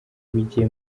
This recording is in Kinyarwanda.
bigiye